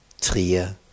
Trier